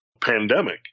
pandemic